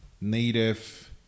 native